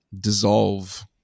dissolve